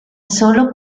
sólo